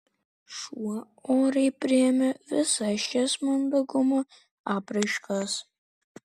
šuo oriai priėmė visas šias mandagumo apraiškas